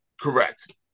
Correct